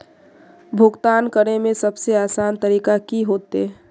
भुगतान करे में सबसे आसान तरीका की होते?